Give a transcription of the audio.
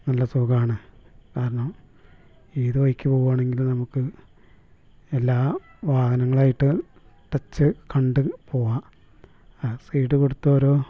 നല്ല സുഖമാണ് കാരണം ഏത് വഴിക്ക് പോവുകയാണെങ്കിലും നമുക്ക് എല്ലാ വാഹനങ്ങളുമായിട്ട് ടച്ച് കണ്ട് പോവാം ആ സൈഡ് കൊടുത്ത് ഓരോ